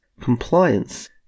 compliance